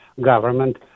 government